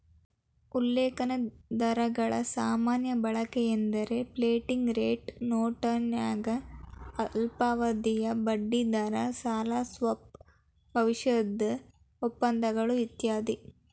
ಉಲ್ಲೇಖ ದರಗಳ ಸಾಮಾನ್ಯ ಬಳಕೆಯೆಂದ್ರ ಫ್ಲೋಟಿಂಗ್ ರೇಟ್ ನೋಟನ್ಯಾಗ ಅಲ್ಪಾವಧಿಯ ಬಡ್ಡಿದರ ಸಾಲ ಸ್ವಾಪ್ ಭವಿಷ್ಯದ ಒಪ್ಪಂದಗಳು ಇತ್ಯಾದಿ